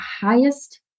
highest